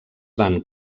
van